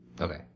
Okay